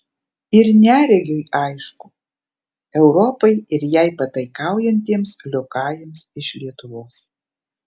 ir neregiui aišku europai ir jai pataikaujantiems liokajams iš lietuvos